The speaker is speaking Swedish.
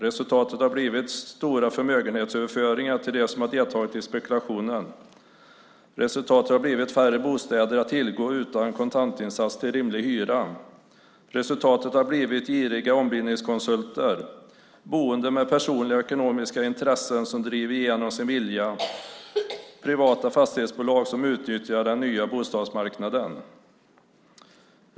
Resultatet har blivit stora förmögenhetsöverföringar till dem som har deltagit i spekulationen. Resultatet har blivit färre bostäder att tillgå utan kontantinsats till rimlig hyra. Resultatet har blivit giriga ombildningskonsulter, boende med personliga och ekonomiska intressen som driver igenom sin vilja och privata fastighetsbolag som utnyttjar den nya bostadsmarknaden.